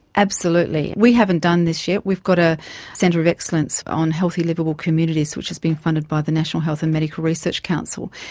absolutely. we haven't done this yet. we've got a centre of excellence on healthy liveable communities which has been funded by the national health and medical research council,